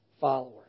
followers